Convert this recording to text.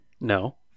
No